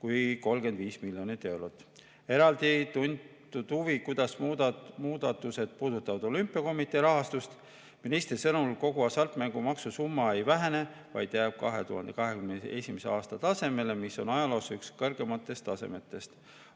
kui 35 miljonit eurot. Eraldi on tuntud huvi, kuidas muudatused puudutavad olümpiakomitee rahastust. Ministri sõnul kogu hasartmängumaksu summa ei vähene, vaid jääb 2021. aasta tasemele, mis on ajaloos üks kõrgeimatest tasemetest.